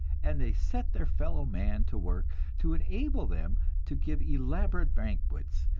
and they set their fellow man to work to enable them to give elaborate banquets,